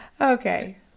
Okay